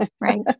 Right